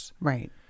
Right